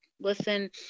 listen